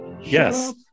Yes